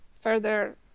further